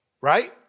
right